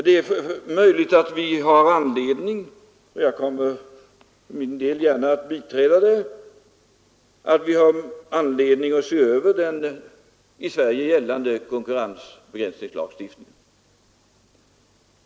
Det är möjligt att vi har anledning — jag kommer för min del gärna att biträda önskemål i den vägen — att se över den i Sverige gällande konkurrensbegränsningslagstiftningen.